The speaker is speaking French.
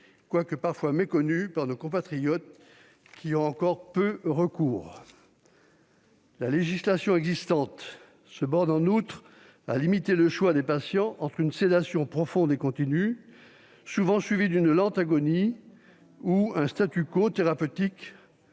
quoique parfois méconnues par nos compatriotes, qui y ont encore peu recours. La législation existante se borne en outre à limiter le choix des patients entre une sédation profonde et continue, souvent suivie d'une lente agonie, et un thérapeutique